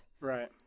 Right